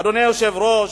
אדוני היושב-ראש,